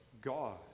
God